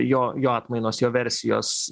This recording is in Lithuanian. jo jo atmainos jo versijos